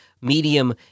medium